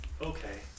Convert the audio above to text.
Okay